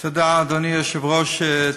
תודה, אדוני היושב-ראש.